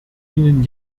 ihnen